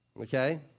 Okay